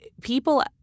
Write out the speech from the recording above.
People